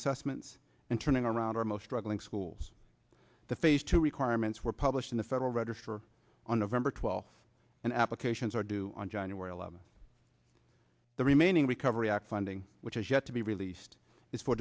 assessments and turning around our most troubling schools the phase two requirements were published in the federal register on november twelfth and applications are due on january eleventh the remaining recovery act funding which is yet to be released is fo